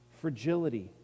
fragility